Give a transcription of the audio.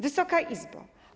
Wysoka Izbo!